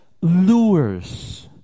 lures